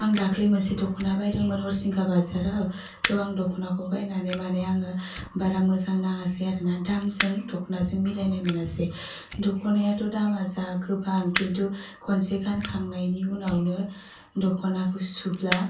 आं दाखालि मोनसे दख'ना बायदोंमोन हरिसिंगा बाजाराव थह आं दख'नाखौ बायनानानै माने आङो बारा मोजां नाङासै आरो ना दामजों दख'नाजों मिलायनाय मोनासै दख'नायाथ' दामा जा गोबां खिन्थु खनसे गानखांनायनि उनावनो दख'नाखौ सुब्ला